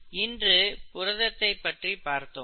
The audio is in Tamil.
இன்று புரதத்தை பற்றி பார்த்தோம்